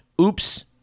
Oops